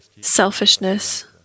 selfishness